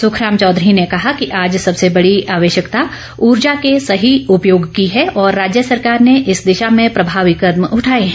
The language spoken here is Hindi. सुखराम चौधरी ने कहा कि आज सबसे बड़ी आवश्यकता ऊर्जा के सही उपयोग की है और राज्य सरकार ने इस दिशा में प्रभावी कदम उठाए हैं